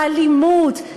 מהאלימות,